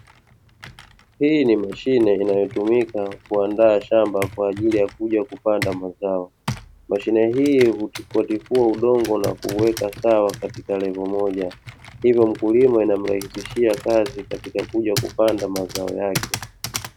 Hii ni mashine inayo tumika kuaandaa shamba kwaajili ya kuja kupanda mazao, Mashine hii hutifua tifua udongo na kuuweka sawa katika levo moja, Hivyo mkulima inamrahisishia kazi katika kuja kupanda mazao yake.